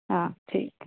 हां ठीक ऐ